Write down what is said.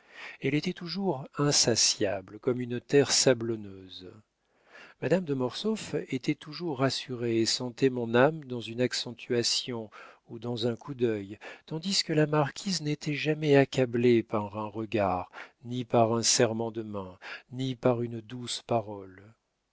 elle était toujours insatiable comme une terre sablonneuse madame de mortsauf était toujours rassurée et sentait mon âme dans une accentuation ou dans un coup d'œil tandis que la marquise n'était jamais accablée par un regard ni par un serrement de main ni par une douce parole